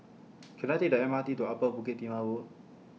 Can I Take The M R T to Upper Bukit Timah Road